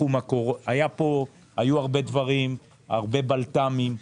היו הרבה בלת"מים,